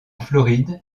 floride